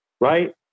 right